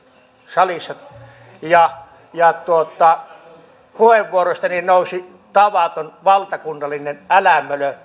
salissa ja ja puheenvuorostani nousi tavaton valtakunnallinen älämölö